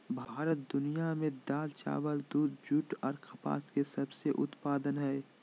भारत दुनिया में दाल, चावल, दूध, जूट आ कपास के सबसे उत्पादन हइ